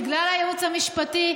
בגלל הייעוץ המשפטי,